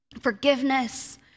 forgiveness